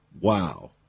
Wow